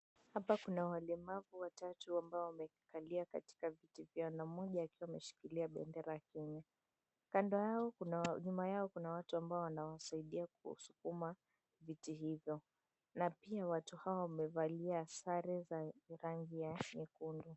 Hapa kuna walemavu watatu ambao wamekalia katika viti vyao na mmoja akiwa ameshikilia bendera ya Kenya. Nyuma yao kuna watu ambao wanawasaidia kusukuma viti hivyo na pia watu hao wamevalia sare za rangi ya nyekundu.